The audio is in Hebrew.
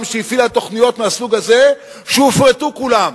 שהפעילה תוכניות מהסוג הזה שהופרטו כולן.